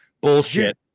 Bullshit